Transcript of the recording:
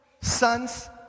sons